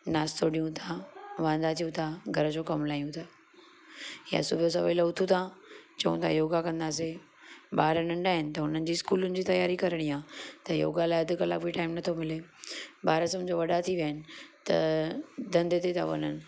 नाश्तो ॾियूं था वांदा थियूं था घर जो कम लायूं था या सुबुह सवेल उथूं था चऊं था योगा कंदासी ॿार नंढा आहिनि त उन्हनि जी स्कूलनि जी तयारी करणी आहे त योगा लाइ अधु कलाक बि टाइम नथो मिले ॿार सम्झो वॾा थी विया आहिनि त धंधे ते था वञनि